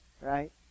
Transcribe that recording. right